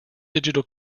digital